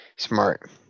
smart